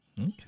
Okay